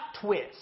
twist